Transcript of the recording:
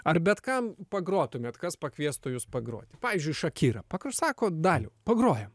ar bet kam pagrotumėt kas pakviestų jus pagroti pavyzdžiui shakira pakur sako daliau pagrojam